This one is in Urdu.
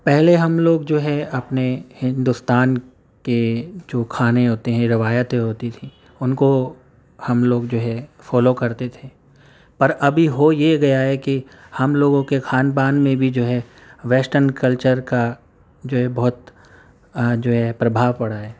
پہلے ہم لوگ جو ہے اپنے ہندوستان کے جو کھانے ہوتے ہیں روایتیں ہوتی تھیں ان کو ہم لوگ جو ہے فالو کرتے تھے پر ابھی ہو یہ گیا ہے کہ ہم لوگوں کے کھان پان میں بھی جو ہے ویسٹرن کلچر کا جو ہے بہت جو ہے پربھاؤ پڑا ہے